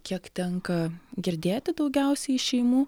kiek tenka girdėti daugiausiai šeimų